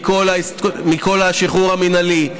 מכל השחרור המינהלי.